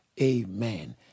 Amen